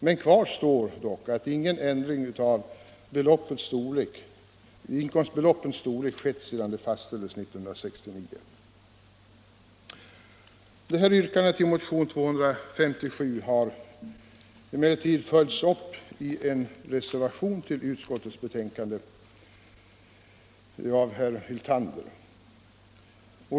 Men kvar står att ingen ändring av inkomstbeloppens storlek skett sedan de fastställdes 1969. Yrkandet i motionen 257 har följts upp i en reservation till utskottets betänkande av herr Hyltander.